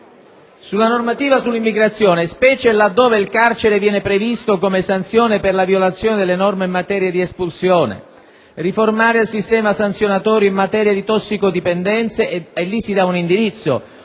la normativa sull'immigrazione, specie laddove il carcere viene previsto come sanzione per la violazione delle norme in materia di espulsione, e di riformare il sistema sanzionatorio in materia di tossicodipendenze - e lì si dà un indirizzo